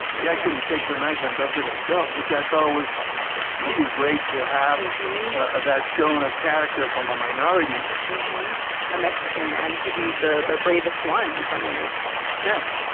he actually takes a knife and does it himself, which i thought was really great to have that shown a character from a minority a mexican man, to be the bravest one, in some ways yeah,